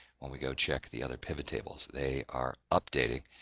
when we go check the other pivot tables. they are updating.